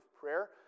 prayer